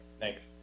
thanks